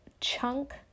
chunk